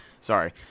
Sorry